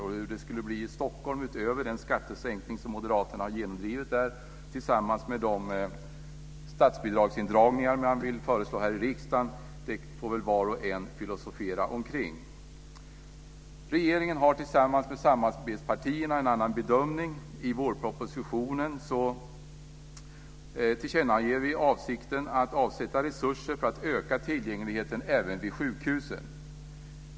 Och hur det skulle bli i Stockholm, utöver den skattesänkning som moderaterna har genomdrivit där, tillsammans med de statsbidragsindragningar som de föreslår här i riksdagen, får väl var och en filosofera om. Regeringen har tillsammans med samarbetspartierna gjort en annan bedömning. I vårpropositionen tillkännager vi avsikten att avsätta resurser för att öka tillgängligheten även vid sjukhusen.